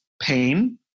pain